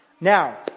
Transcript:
Now